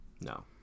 No